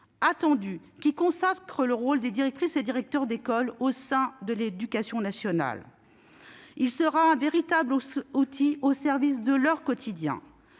attendu, qui consacre le rôle des directrices et directeurs d'école au sein de l'éducation nationale et sera un véritable outil à leur service au quotidien.